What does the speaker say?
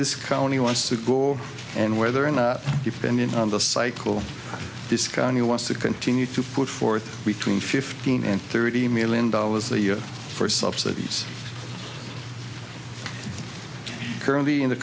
this county wants to go and whether or not depending on the cycle this county wants to continue to put forth between fifteen and thirty million dollars a year for subsidies currently in the